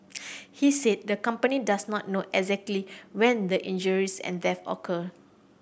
he said the company does not know exactly when the injuries and death occur